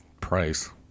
price